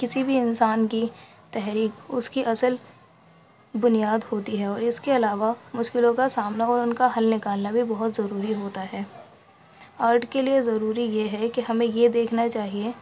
کسی بھی انسان کی تحریک اس کی اصل بنیاد ہوتی ہے اور اس کے علاوہ مشکلوں کا سامنا اور ان کا حل نکالنا بھی بہت ضروری ہوتا ہے آرٹ کے لیے ضروری یہ ہے کہ ہمیں یہ دیکھنا چاہیے